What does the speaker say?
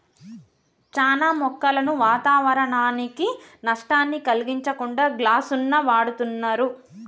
చానా మొక్కలను వాతావరనానికి నష్టాన్ని కలిగించకుండా గ్లాస్ను వాడుతున్నరు